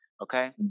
okay